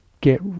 get